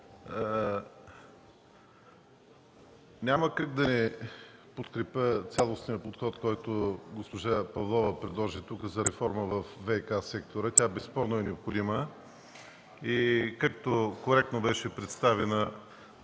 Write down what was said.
Няма как да не подкрепя цялостния подход, който госпожа Павлова предложи тук за реформа във ВиК сектора. Този подход безспорно е необходим. Както коректно беше представена